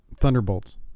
Thunderbolts